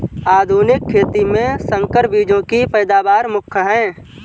आधुनिक खेती में संकर बीजों की पैदावार मुख्य हैं